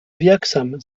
wirksam